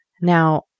Now